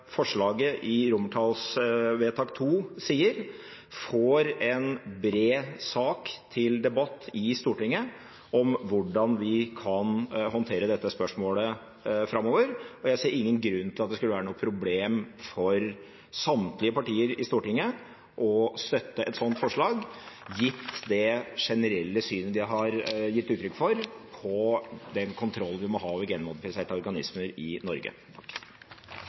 får en bred sak til debatt i Stortinget om hvordan vi kan håndtere dette spørsmålet framover, som forslaget til II sier. Jeg ser ingen grunn til at det skulle være noe problem for samtlige partier i Stortinget å støtte et sånt forslag, gitt det generelle synet de har gitt uttrykk for om den kontrollen vi må ha over genmodifiserte organismer i Norge.